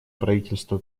правительства